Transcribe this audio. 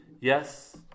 Yes